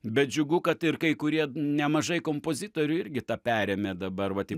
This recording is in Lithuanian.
bet džiugu kad ir kai kurie nemažai kompozitorių irgi tą perėmė dabar va tik